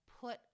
put